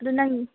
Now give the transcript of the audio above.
ꯑꯗꯨ ꯅꯪ